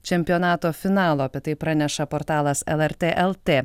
čempionato finalo apie tai praneša portalas lrt lt